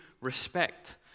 respect